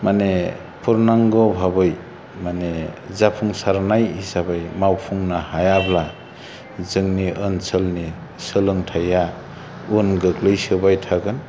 माने पुरनंग भाबै मानि जापुंसारनाय हिसाबै मावफुंनो हायाब्ला जोंनि ओनसोलनि सोलोंथाया उन गोग्लैसोबाय थागोन